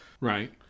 right